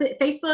Facebook